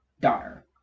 daughter